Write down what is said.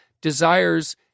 desires